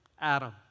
Adam